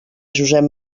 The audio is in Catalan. josep